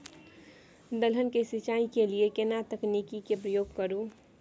दलहन के सिंचाई के लिए केना तकनीक के प्रयोग करू?